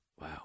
Wow